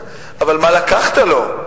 אבל מה לקחת לו?